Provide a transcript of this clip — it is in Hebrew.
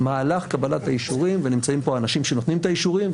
מהלך קבלת האישורים ונמצאים פה האנשים שנותנים את האישורים,